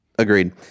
Agreed